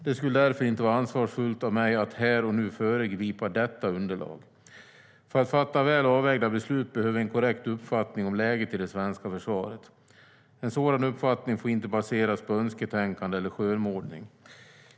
Det skulle därför inte vara ansvarsfullt av mig att, här och nu, föregripa detta underlag. För att fatta väl avvägda beslut behöver vi en korrekt uppfattning om läget i det svenska försvaret. En sådan uppfattning får inte baseras på önsketänkande eller skönmålning.